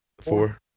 four